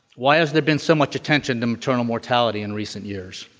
why has there been so much attention to maternal mortality in recent years?